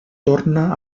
torna